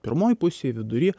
pirmoj pusėj vidury